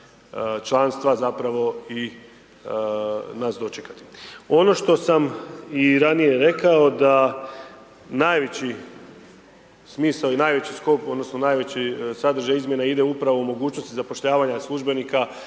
članstva, zapravo, i nas dočekati. Ono što sam i ranije rekao da najveći smisao i najveći skok odnosno najveći sadržaj izmjena ide upravo u mogućnosti zapošljavanja službenika